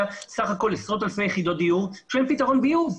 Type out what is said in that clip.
עם בסך הכול עשרות אלפי יחידות דיור שאין להן פתרון ביוב.